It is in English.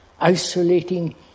isolating